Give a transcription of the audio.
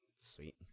Sweet